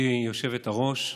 גברתי היושבת-ראש,